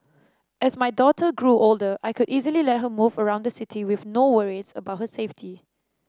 as my daughter grew older I could easily let her move around the city with no worries about her safety